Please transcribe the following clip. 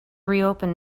reopen